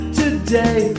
today